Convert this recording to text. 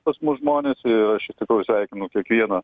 pas mus žmonės aš iš tikrųjų sveikinu kiekvieną